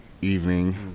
evening